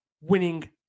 winning